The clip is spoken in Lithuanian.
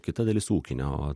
kita dalis ūkinio o